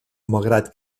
malgrat